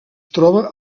troba